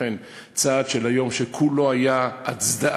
ולכן הצעד של היום, שכולו היה הצדעה,